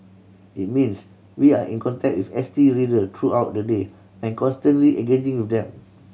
it means we are in contact with S T reader throughout the day and constantly engaging with them